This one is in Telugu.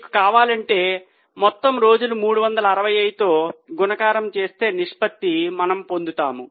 మీకు కావాలంటే మొత్తం రోజులు 365 తో గుణకారము చేస్తే నిష్పత్తి మనము పొందుతాము